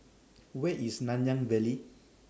Where IS Nanyang Valley